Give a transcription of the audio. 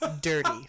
dirty